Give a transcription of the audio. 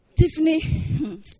Tiffany